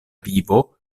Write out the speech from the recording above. vivo